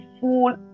full